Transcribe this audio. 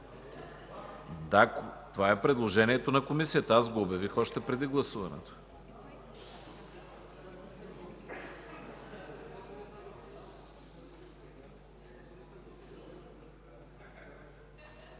Да, това е предложението на Комисията, аз го обявих още преди гласуването.